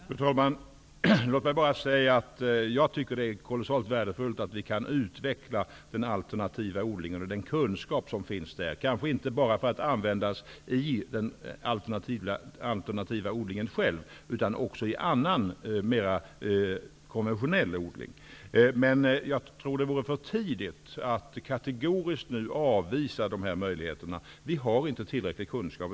Fru talman! Låt mig bara säga att jag tycker att det är kolossalt värdefullt att vi kan utveckla den alternativa odlingen och kunskapen som finns där, kanske inte bara för att använda den i just den alternativa odlingen utan även i annan mera konventionell odling. Jag tror dock att det vore för tidigt att nu kategoriskt avvisa de här möjligheterna. Vi har inte tillräcklig kunskap.